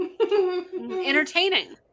Entertaining